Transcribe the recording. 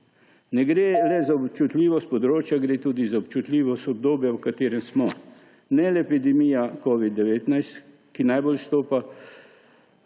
Ne gre le za občutljivost področja, gre tudi za občutljivost obdobja, v katerem smo. Ne le epidemija covida-19, ki najbolj izstopa,